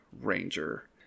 ranger